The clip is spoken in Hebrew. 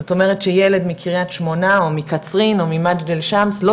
זאת אומרת שילד מקרית שמונה או מקצרין או ממג'דל שמס לא